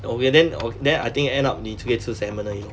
okay then o~ then I think end up 你只可以吃 salmon 而已